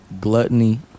gluttony